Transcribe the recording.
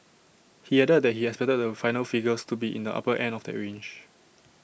he added that he expected the final figures to be in the upper end of that range